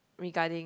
regarding